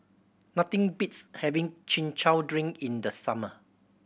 nothing beats having Chin Chow drink in the summer